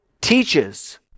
teaches